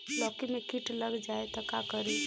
लौकी मे किट लग जाए तो का करी?